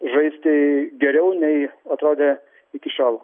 žaisti geriau nei atrodė iki šiol